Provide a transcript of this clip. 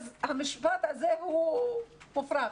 אז המשפט הזה הוא מופרך.